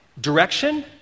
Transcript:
direction